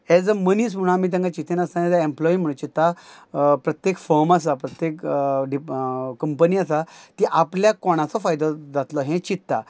as a मनीस म्हणू आमी तेंकां चिंती नासताना एज अ एम्प्लॉई म्हण चिंत्ता प्रत्येक फर्म आसा प्रत्येक डिप कंपनी आसा ती आपल्याक कोणाचो फायदो जातलो हे चिंत्ता